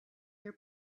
your